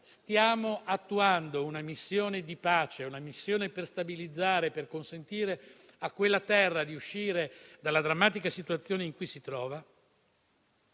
stiamo attuando una missione di pace, per stabilizzare e consentire a quella terra di uscire dalla drammatica situazione in cui si trova,